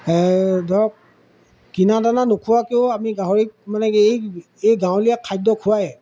ধৰক কিনা দানা নোখোৱাকৈও আমি গাহৰি মানে এই এই গাঁৱলীয়া খাদ্য খুৱায়